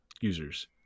users